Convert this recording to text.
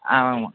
ஆமாமா